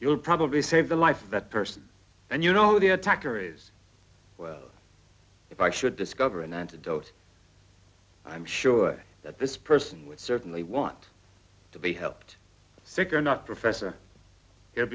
will probably save the life of that person and you know the attacker is well if i should discover an antidote i'm sure that this person would certainly want to be helped sick or not professor